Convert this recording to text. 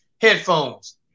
headphones